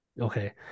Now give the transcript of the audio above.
okay